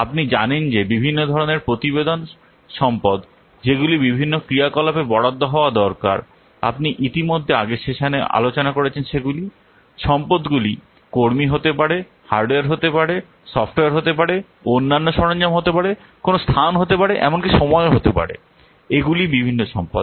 আপনি জানেন যে বিভিন্ন ধরণের প্রতিবেদন সম্পদ যেগুলি বিভিন্ন ক্রিয়াকলাপে বরাদ্দ হওয়া দরকার আপনি ইতিমধ্যে আগের সেশানে আলোচনা করেছেন সেগুলি সম্পদগুলি কর্মী হতে পারে হার্ডওয়্যার হতে পারে সফ্টওয়্যার হতে পারে অন্যান্য সরঞ্জাম হতে পারে কোন স্থান হতে পারে এমনকি সময় হতে পারে এগুলি বিভিন্ন সম্পদ